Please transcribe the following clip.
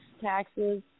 taxes